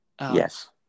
Yes